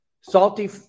Salty